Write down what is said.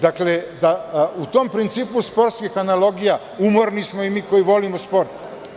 Dakle, u tom principu sportskih analogija umorni smo i mi koji volimo sport.